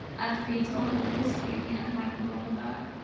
after he had told her the history of the unhappy bonivard.